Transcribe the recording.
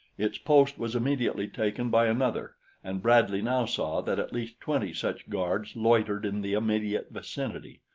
its post was immediately taken by another and bradley now saw that at least twenty such guards loitered in the immediate vicinity.